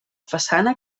façana